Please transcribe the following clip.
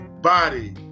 body